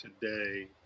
today